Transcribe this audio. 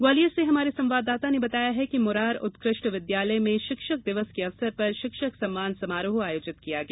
ग्वालियर से हमारे संवाददाता ने बताया है कि मुरार उत्कृष्ट विद्यालय में शिक्षक दिवस के अवसर पर शिक्षक सम्मान समारोह आयोजित किया गया